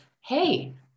Hey